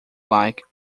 like